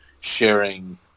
sharing